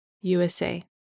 USA